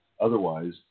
Otherwise